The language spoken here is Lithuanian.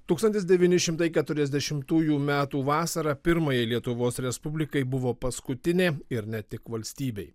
tūkstantis devyni šimtai keturiasdešimtųjų metų vasarą pirmajai lietuvos respublikai buvo paskutinė ir ne tik valstybei